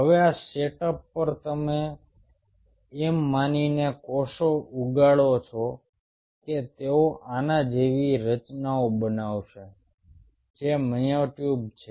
હવે આ સેટઅપ પર તમે એમ માનીને કોષો ઉગાડો છો કે તેઓ આના જેવી રચનાઓ બનાવશે જે મ્યોટ્યુબ છે